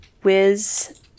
Wiz